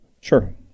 Sure